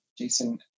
Jason